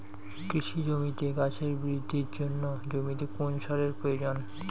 কৃষি জমিতে গাছের বৃদ্ধির জন্য জমিতে কোন সারের প্রয়োজন?